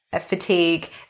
fatigue